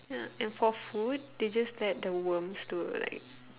ya and for food they just get the worms to like